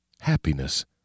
Happiness